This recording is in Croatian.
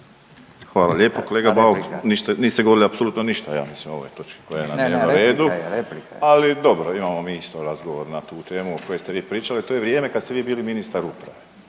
Hvala lijepo kolega Bauk. Niste govorili apsolutno ništa a mislim o ovoj točki koja je na redu. .../Upadica: Ne, ne, ne, replika je, replika je./... ali dobro, imamo mi isto razgovor na tu temu o kojoj ste vi pričali, a to je vrijeme kad ste vi bili ministar uprave.